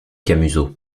camusot